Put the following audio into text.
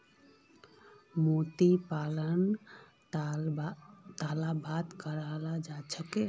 मोती पालन तालाबतो कराल जा छेक